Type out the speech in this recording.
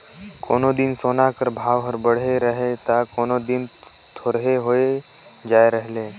कोनो दिन सोना कर भाव हर बढ़े रहेल ता कोनो दिन थोरहें होए जाए रहेल